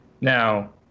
Now